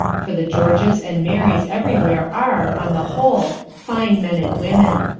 for the georges and marys everywhere are, on the whole, fine men and women.